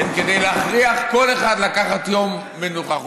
כדי להכריח כל אחד לקחת יום מנוחה חופשי.